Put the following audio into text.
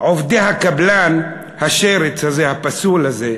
עובדי הקבלן, השרץ הזה, הפסול הזה.